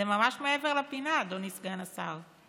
זה ממש מעבר לפינה, אדוני סגן שר.